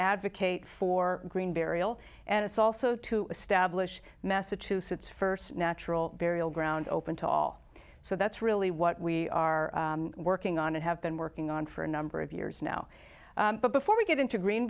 advocate for green burial and it's also to establish massachusetts st natural burial ground open to all so that's really what we are working on and have been working on for a number of years now but before we get into green